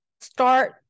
start